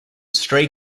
stray